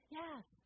yes